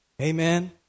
Amen